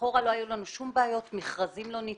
אחורה, לא היו לנו שום בעיות, מכרזים לא נתקעו,